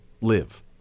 live